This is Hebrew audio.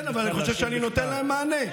כן, אבל אני חושב שאני נותן להם מענה.